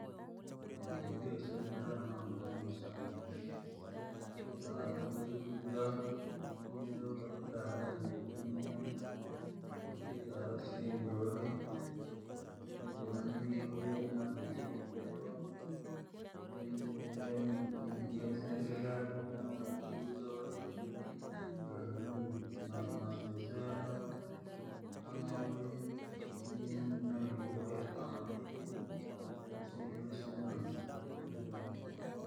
Muundi ujue yasaidira mambo yamema sanji, gutare gweifuga, uuze upate da hela yotumia, kwatite harasinja uri, utije unanili ule unanili mundero. jiramsandajacho kuna nanili udizore masusu yara, kamauri urire nawari ikusaidire sikuna mbari igedon.